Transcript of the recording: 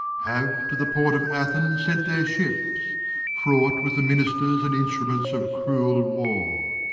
have to the port of athens sent their ships fraught with the ministers and instruments of cruel war.